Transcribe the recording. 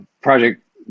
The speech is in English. project